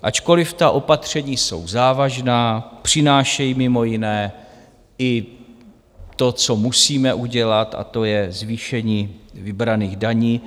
Ačkoliv ta opatření jsou závažná, přinášejí mimo jiné i to, co musíme udělat, a to je zvýšení vybraných daní.